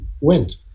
went